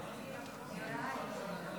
אברהם בצלאל,